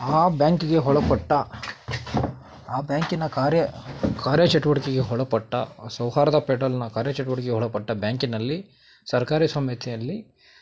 ಆ ಬ್ಯಾಂಕಿಗೆ ಒಳಪಟ್ಟ ಆ ಬ್ಯಾಂಕಿನ ಕಾರ್ಯ ಕಾರ್ಯಚಟುವಟಿಕೆಗೆ ಒಳಪಟ್ಟ ಸೌಹಾರ್ದ ಪೆಡ್ರಲ್ನ ಕಾರ್ಯಚಟುವಟಿಕೆಗೆ ಒಳಪಟ್ಟ ಬ್ಯಾಂಕಿನಲ್ಲಿ ಸರ್ಕಾರಿ ಸ್ವಾಮ್ಯತೆಯಲ್ಲಿ